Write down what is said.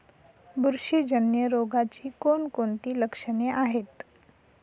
बुरशीजन्य रोगाची कोणकोणती लक्षणे आहेत?